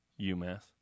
UMass